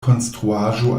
konstruaĵo